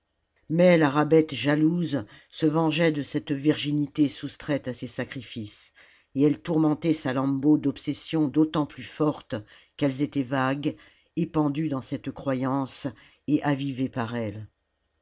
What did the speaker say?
mais la rabbet jalouse se vengeait de cette virginité soustraite à ses sacrifices et elle tourmentait salammbô d'obsessions d'autant plus fortes qu'elles étaient vagues épandues dans cette croyance et avivées par elle